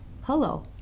Hello